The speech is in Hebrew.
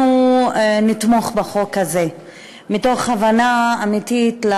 אנחנו נתמוך בחוק הזה מתוך הבנה אמיתית של